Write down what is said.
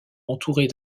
entourés